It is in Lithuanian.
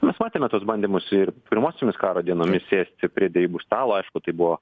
mes matėme tuos bandymus ir pirmosiomis karo dienomis sėsti prie derybų stalo aišku tai buvo